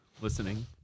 listening